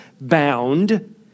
bound